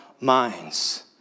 minds